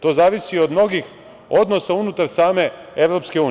To zavisi i od mnogih odnosa unutar same EU.